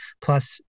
plus